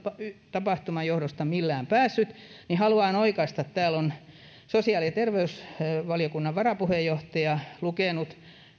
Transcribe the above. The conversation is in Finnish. tapahtuman johdosta millään päässyt että haluan oikaista kun täällä on sosiaali ja terveysvaliokunnan varapuheenjohtaja lukenut